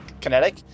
kinetic